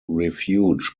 refuge